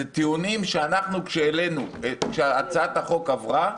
אלו טיעונים שהעלינו כשהצעת החוק עברה,